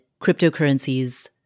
cryptocurrencies